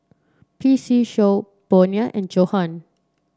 P C Show Bonia and Johan